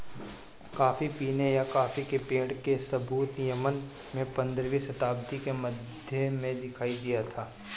coffee पीने या coffee के पेड़ के सबूत यमन में पंद्रहवी शताब्दी के मध्य में दिखाई दिया था